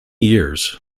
years